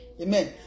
Amen